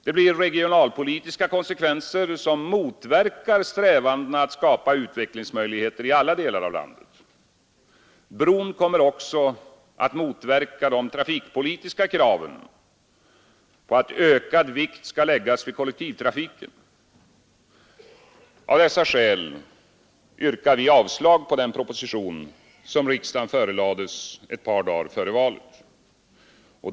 Det blir regionalpolitiska konsekvenser som motverkar strävandena att skapa utvecklingsmöjligheter i alla delar av landet. Bron kommer också att motverka de trafikpolitiska kraven på att ökad vikt skall läggas vid kollektivtrafiken. Av dessa skäl yrkar vi avslag på den proposition som riksdagen förelades ett par dagar före valet.